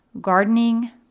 gardening